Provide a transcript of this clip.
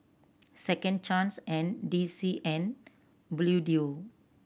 Second Chance and D C and Bluedio